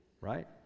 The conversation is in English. right